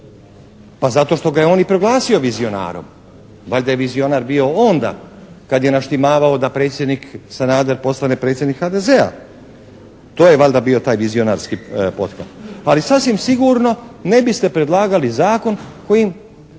pa zato što ga je on i proglasio vizionarom. Valjda je vizionar bio onda kad je naštimavao da predsjednik Sanader postane predsjednik HDZ-a. To je valjda bio taj vizionarski pothvat. Ali sasvim sigurno, ne biste predlagali zakon kojim